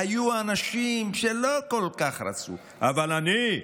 היו אנשים שלא כל כך רצו, אבל אני,